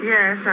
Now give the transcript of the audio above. Yes